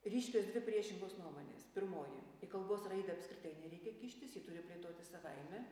ryškios dvi priešingos nuomonės pirmoji į kalbos raidą apskritai nereikia kištis ji turi plėtotis savaime